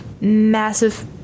massive